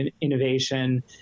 innovation